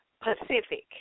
Pacific